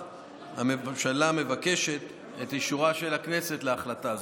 הממשלה מבקשת את אישורה של הכנסת להחלטה הזאת.